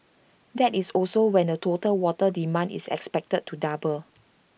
that is also when the total water demand is expected to double